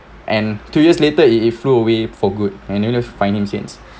and two years later it it flew away for good and we never find him since